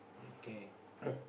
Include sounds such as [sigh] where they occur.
okay [noise]